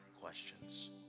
questions